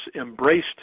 embraced